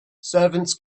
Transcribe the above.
servants